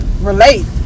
relate